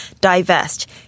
divest